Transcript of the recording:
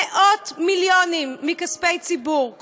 מאות מיליונים מכספי ציבור,